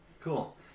Cool